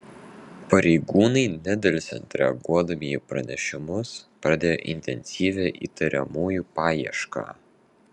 pareigūnai nedelsiant reaguodami į pranešimus pradėjo intensyvią įtariamųjų paiešką